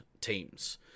teams